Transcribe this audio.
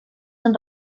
han